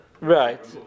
Right